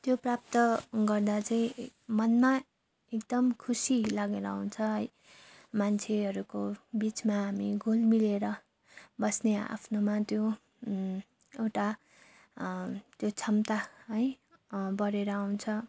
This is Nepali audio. त्यो प्राप्त गर्दा चाहिँ मनमा एकदम खुसी लागेर आउँछ है मान्छेहरूको बिचमा हामी घुल मिलेर बस्ने आफ्नोमा त्यो एउटा त्यो क्षमता है बढेर आउँछ